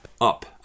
up